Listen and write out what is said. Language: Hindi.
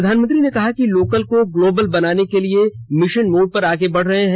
प्रधानमंत्री ने कहा कि लोकल को ग्लोबल बनाने के लिए मिशन मोड पर आगे बढ़ रहे हैं